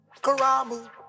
karamu